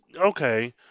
Okay